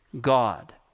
God